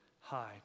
high